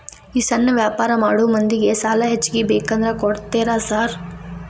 ಈ ಸಣ್ಣ ವ್ಯಾಪಾರ ಮಾಡೋ ಮಂದಿಗೆ ಸಾಲ ಹೆಚ್ಚಿಗಿ ಬೇಕಂದ್ರ ಕೊಡ್ತೇರಾ ಸಾರ್?